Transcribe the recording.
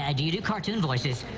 ah do you do cartoon voices?